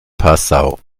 passau